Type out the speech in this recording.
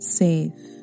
safe